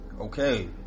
Okay